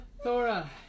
Thora